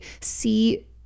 see